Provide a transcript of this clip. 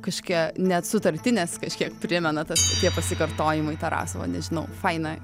kažkokia net sutartinės kažkiek primena tas tie pasikartojimai tarasovo nežinau faina